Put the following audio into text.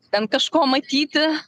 ten kažko matyti